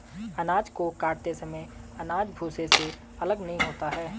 अनाज को काटते समय अनाज भूसे से अलग नहीं होता है